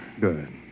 Good